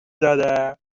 دادم